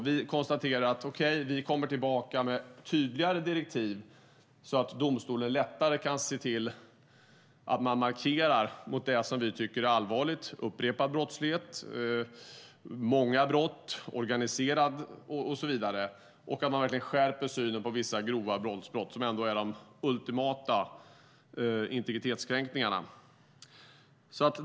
Vi konstaterar att vi kommer tillbaka med tydligare direktiv, så att domstolen lättare kan se till att markera mot det vi tycker är allvarligt - upprepad brottslighet, många brott, organiserad brottslighet och så vidare - och verkligen skärper synen på vissa grova våldsbrott som ändå är de ultimata integritetskränkningarna.